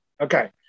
Okay